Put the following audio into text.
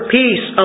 peace